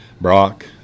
Brock